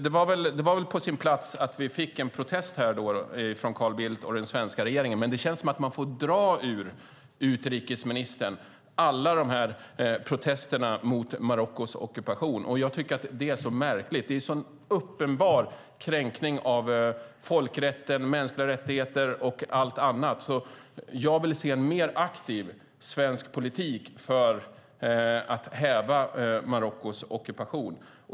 Det var väl på sin plats att vi fick en protest från Carl Bildt och den svenska regeringen, men det känns som att man får dra ur utrikesministern alla protester mot Marockos ockupation. Jag tycker att det är så märkligt - det är en uppenbar kränkning av folkrätten, mänskliga rättigheter och allt annat. Jag vill se en mer aktiv svensk politik för att häva Marockos ockupation.